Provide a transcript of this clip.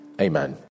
Amen